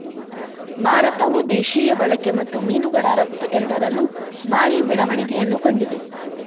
ಭಾರತವು ದೇಶೀಯ ಬಳಕೆ ಮತ್ತು ಮೀನುಗಳ ರಫ್ತು ಎರಡರಲ್ಲೂ ಭಾರಿ ಬೆಳವಣಿಗೆಯನ್ನು ಕಂಡಿದೆ